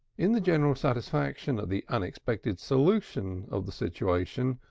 in the general satisfaction at the unexpected solution of the situation,